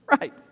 Right